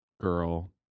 girl